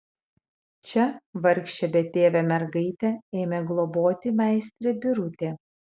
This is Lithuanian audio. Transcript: čia vargšę betėvę mergaitę ėmė globoti meistrė birutė